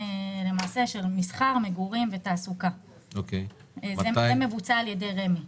של מסחר מגורים ותעסוקה וזה מבוצע על ידי רשות מקרקעי ישראל.